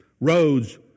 Roads